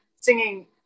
singing